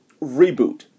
reboot